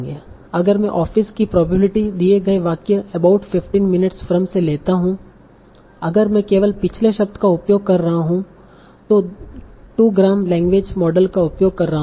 अगर मैं ऑफिस कि प्रोबेबिलिटी दिए गए वाक्य 'अबाउट 15 मिनट्स फ्रॉम' से लेता हूं अगर मैं केवल पिछले शब्द का उपयोग कर रहा हूं तों 2 ग्राम लैंग्वेज मॉडल का उपयोग कर रहा है